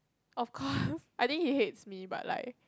of course I think he hates me but like